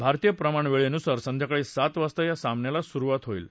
भारतीय प्रमाणवेळेन्सार संध्याकाळी सात वाजता या सामन्याला सुरुवात होईल